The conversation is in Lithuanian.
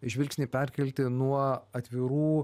žvilgsnį perkelti nuo atvirų